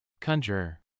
Conjure